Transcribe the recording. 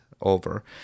over